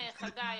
חגי.